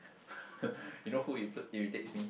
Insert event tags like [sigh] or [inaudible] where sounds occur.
[laughs] you know who it p~ irritates me